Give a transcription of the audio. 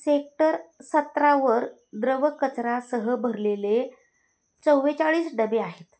sector सतरावर द्रव कचरा सह भरलेले चव्वेचाळीस डबे आहेत